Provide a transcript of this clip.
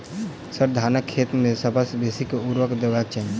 sir, धानक खेत मे सबसँ बेसी केँ ऊर्वरक देबाक चाहि